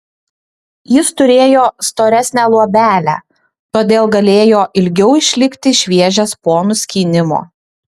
jis turėjo storesnę luobelę todėl galėjo ilgiau išlikti šviežias po nuskynimo